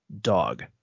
dog